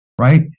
right